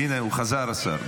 הינה, הוא חזר, השר.